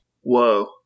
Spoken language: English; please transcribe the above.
Whoa